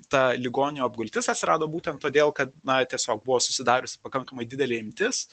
ta ligonių apgultis atsirado būtent todėl kad na tiesiog buvo susidariusi pakankamai didelė imtis